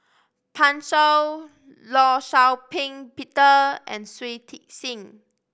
Pan Shou Law Shau Ping Peter and Shui Tit Sing